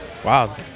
Wow